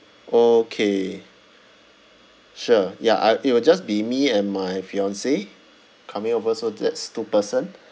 okay sure ya I it will just be me and my fiancee coming over so that's two person